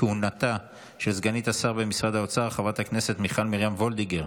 כהונתה של סגנית השר במשרד האוצר חברת הכנסת מיכל מרים וולדיגר.